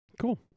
Cool